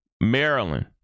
Maryland